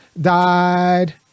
died